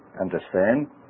understand